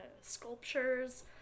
sculptures